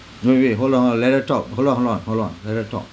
no wait hold on uh let her talk hold on hold on hold on let her talk